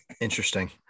Interesting